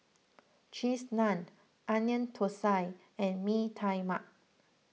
Cheese Naan Onion Thosai and Mee Tai Mak